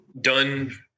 done